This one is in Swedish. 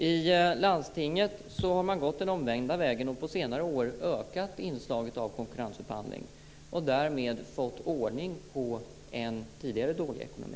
I landstinget har man gått den omvända vägen och på senare år ökat inslaget av konkurrensupphandling och därmed fått ordning på en tidigare dålig ekonomi.